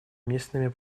местными